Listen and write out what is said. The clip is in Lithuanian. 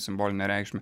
simbolinę reikšmę